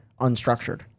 unstructured